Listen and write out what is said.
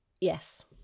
yes